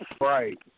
Right